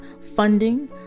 funding